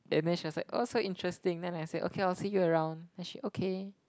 and then she must said oh so interesting then I said okay I will see you around then she okay